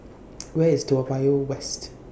Where IS Toa Payoh West